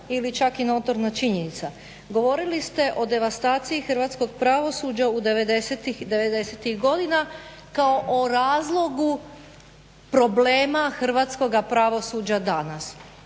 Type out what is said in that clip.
ili čak i notorna činjenica. Govorili ste o devastaciji hrvatskog pravosuđa u devedesetih godina kao o razlogu problema hrvatskoga pravosuđa danas.